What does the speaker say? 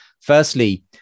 Firstly